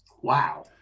Wow